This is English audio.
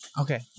Okay